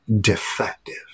defective